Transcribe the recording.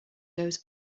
goes